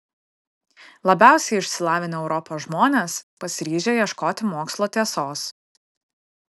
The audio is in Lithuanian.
labiausiai išsilavinę europos žmonės pasiryžę ieškoti mokslo tiesos